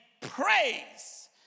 praise